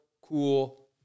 cool